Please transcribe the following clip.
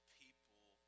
people